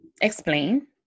explain